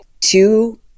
two